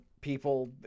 people